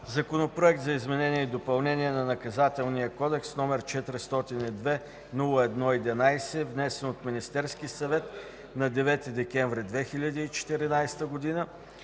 Законопроект за изменение и допълнение на Наказателния кодекс, № 402-01-11, внесен от Министерския съвет на 9 декември 2014 г.;